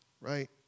right